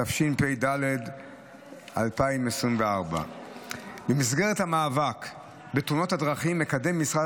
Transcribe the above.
התשפ"ד 2024. במסגרת המאבק בתאונות הדרכים מקדם משרד